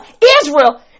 Israel